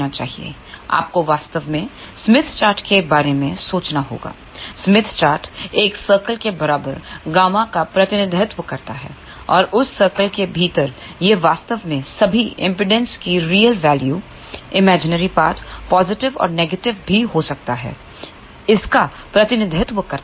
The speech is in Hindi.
आपको वास्तव में स्मिथ चार्ट के बारे में सोचना होगा स्मिथ चार्ट एक सर्कल के बराबर गामा का प्रतिनिधित्व करता है और उस सर्कल के भीतर यह वास्तव में सभी एमपीडांस की real value imaginary part positive और नेगेटिव भी हो सकता हैइसका प्रतिनिधित्व करता है